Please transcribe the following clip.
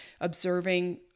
observing